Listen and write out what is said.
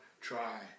try